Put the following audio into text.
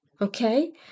okay